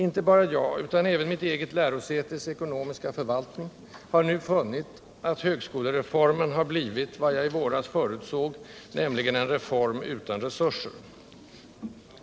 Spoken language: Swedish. Inte bara jag utan även mitt eget lärosätes ekonomiska förvaltning har nu funnit att högskolereformen har blivit vad jag i våras förutsåg, nämligen en reform utan resurser.